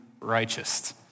righteous